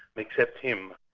except him.